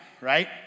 right